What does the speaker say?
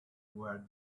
where